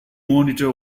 monitor